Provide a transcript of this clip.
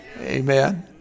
Amen